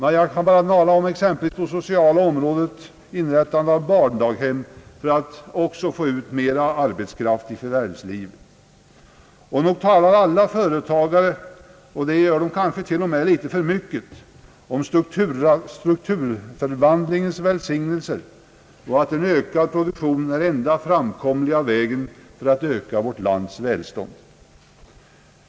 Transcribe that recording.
På det sociala området kan jag nämna inrättandet av barndaghem för att man också skall få ut mera arbetskraft i förvärvslivet. Nog talar alla företagare — kanske t.o.m. litet för mycket — om strukturomvandlingens välsignelse och om att en ökad produktion är den enda framkomliga vägen för att öka vårt lands välstånd.